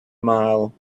mile